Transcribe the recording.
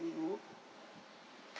to you